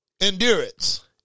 endurance